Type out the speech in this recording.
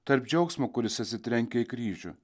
tarp džiaugsmo kuris atsitrenkia į kryžių